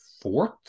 fourth